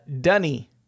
Dunny